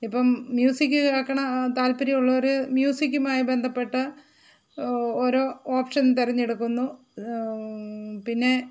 ഇപ്പം മ്യൂസിക് കേൾക്കണം താല്പര്യമുള്ളവർ മ്യൂസിക്കുമായി ബന്ധപ്പെട്ട ഓരോ ഓപ്ഷൻ തെരഞ്ഞെടുക്കുന്നു പിന്നെ